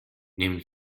nehmen